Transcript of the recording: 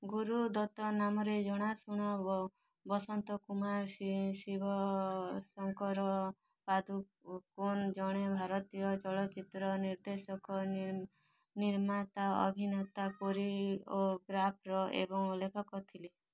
ଗୁରୁଦତ୍ତ ନାମରେ ଜଣାଶୁଣା ବ ବସନ୍ତ କୁମାର ଶିବଶଙ୍କର ପାଦୁକୋନ୍ ଜଣେ ଭାରତୀୟ ଚଳଚ୍ଚିତ୍ର ନିର୍ଦ୍ଦେଶକ ନିର୍ ନିର୍ମାତା ଅଭିନେତା କୋରିଓଗ୍ରାଫର୍ ଏବଂ ଲେଖକ ଥିଲେ